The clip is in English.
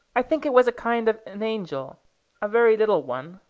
i think it was a kind of an angel a very little one.